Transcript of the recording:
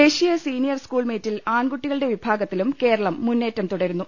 ദേശീയ senior school മീറ്റിൽ ആൺകുട്ടികളുടെ വിഭാ ഗത്തിലും കേരളം മുന്നേറ്റം തുടരുന്നു